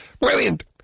Brilliant